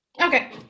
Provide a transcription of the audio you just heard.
okay